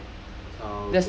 !wah! 贵哦